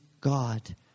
God